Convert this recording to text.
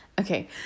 Okay